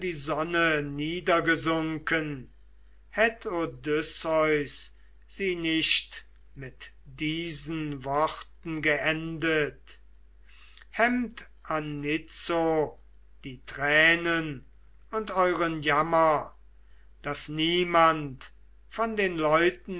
die sonne niedergesunken hätt odysseus sie nicht mit diesen worten geendet hemmt anitzo die tränen und euren jammer daß niemand von den leuten